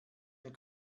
ein